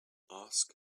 ask